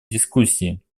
дискуссии